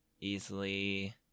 easily